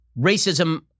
racism